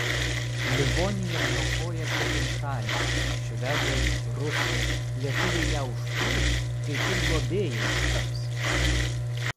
livoniją niokoja svetimšaliai švedai rusai lietuviai ją užplūs kai tik globėjais taps